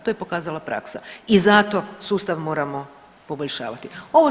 To je pokazala praksa i zato sustav moramo poboljšavati.